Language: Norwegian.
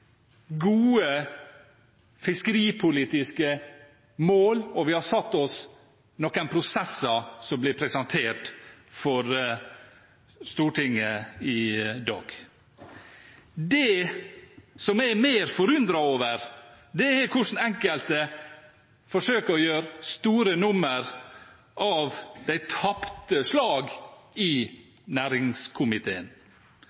gode fiskeripolitiske mål, og vi har noen prosesser som blir presentert for Stortinget i dag. Det som jeg er mer forundret over, er hvordan enkelte forsøker å gjøre et stort nummer av de tapte